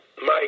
Mike